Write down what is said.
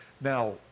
Now